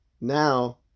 now